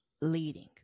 leading